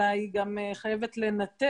אלא היא גם חייבת לנטר